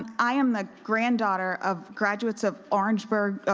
and i am the granddaughter of graduates of orangeburg,